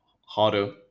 harder